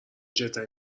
جدا